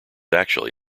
actually